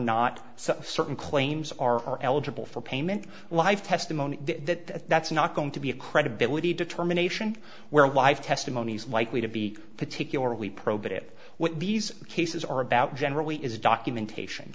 not so certain claims are eligible for payment life testimony that that's not going to be a credibility determination where live testimony is likely to be particularly probative what these cases are about generally is documentation